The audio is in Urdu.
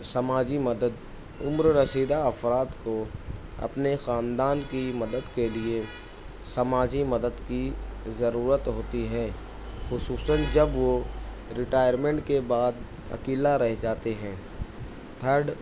سماجی مدد عمررسیدہ افراد کو اپنے خاندان کی مدد کے لیے سماجی مدد کی ضرورت ہوتی ہے خصوصاً جب وہ ریٹائرمنٹ کے بعد اکیلا رہ جاتے ہیں تھرڈ